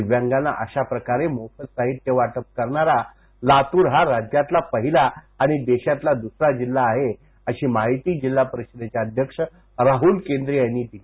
दिव्यांगांना अशाप्रकारे मोफत साहित्य वाटप करणारा लातूर हा राज्यातला पहिला आणि देशातला दुसरा जिल्हा आहे अशी माहिती जिल्हा परिषदेचे अध्यक्ष राहल केंद्रे यांनी दिली